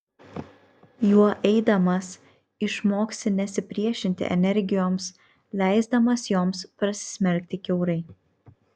juo eidamas išmoksi nesipriešinti energijoms leisdamas joms prasismelkti kiaurai